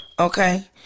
Okay